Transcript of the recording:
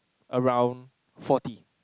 around forty